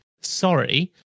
sorry